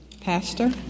Pastor